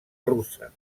russa